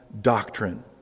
doctrine